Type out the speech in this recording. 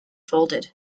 folded